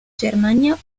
germania